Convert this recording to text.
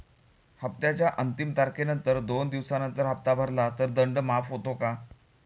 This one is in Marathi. हप्त्याच्या अंतिम तारखेनंतर दोन दिवसानंतर हप्ता भरला तर दंड माफ होतो का?